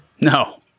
no